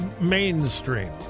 mainstream